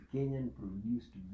Kenyan-produced